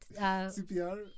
CPR